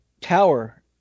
tower